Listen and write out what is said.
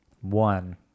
one